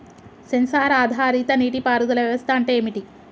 Censor ఆధారిత నీటి పారుదల వ్యవస్థ అంటే ఏమిటి?